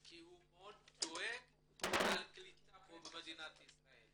כי הוא מאוד דואג לגבי הקליטה במדינת ישראל.